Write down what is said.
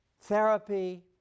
therapy